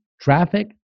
traffic